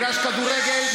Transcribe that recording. זה נראה כמו מגרש כדורגל.